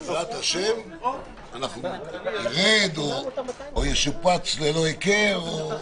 בשעה 12:55 ונתחדשה בשעה 13:43.) אנחנו מחדשים את דיוני הוועדה.